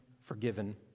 forgiven